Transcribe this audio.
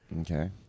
Okay